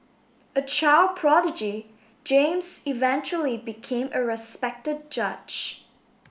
a child prodigy James eventually became a respected judge